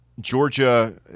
Georgia